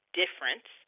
difference